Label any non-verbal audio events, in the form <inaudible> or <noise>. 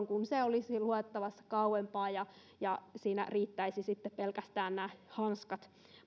<unintelligible> kun koodi olisi luettavissa kauempaa ja ja siinä riittäisivät pelkästään hanskat